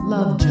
Love